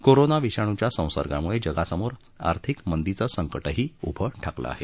corona विषाणुच्या संसर्गामुळे जगासमोर आर्थिक मंदीचं संकटही उभं ठाकलं आहे